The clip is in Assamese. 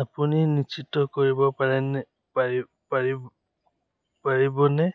আপুনি নিশ্চিত কৰিব পাৰেনে পাৰি পাৰি পাৰিবনে